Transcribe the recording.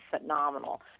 phenomenal